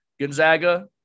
Gonzaga